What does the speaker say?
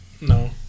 No